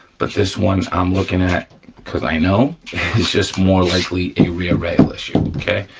but this one i'm looking at cause i know it's just more likely a rear rail issue, okay?